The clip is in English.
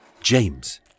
James